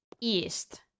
East